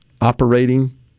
operating